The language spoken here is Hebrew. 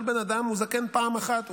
כל בן אדם הוא זקן פעם אחת,